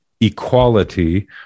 equality